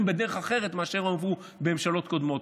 בדרך אחרת מאשר הועברו בממשלות קודמות,